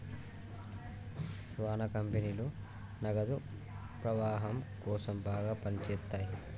శ్యానా కంపెనీలు నగదు ప్రవాహం కోసం బాగా పని చేత్తయ్యి